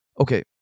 okay